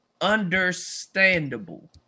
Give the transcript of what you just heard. understandable